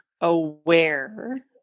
aware